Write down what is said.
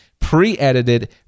pre-edited